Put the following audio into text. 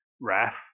RAF